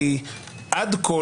עד כה,